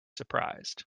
surprised